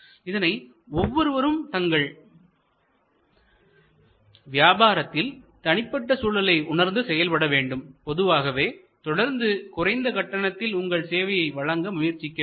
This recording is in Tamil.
இதனை ஒவ்வொருவரும் தங்கள் வியாபாரத்தில் தனிப்பட்ட சூழலை உணர்ந்து செயல்பட வேண்டும் பொதுவாகவே தொடர்ந்து குறைந்த கட்டணத்தில் உங்கள் சேவையை வழங்க முயற்சிக்க வேண்டும்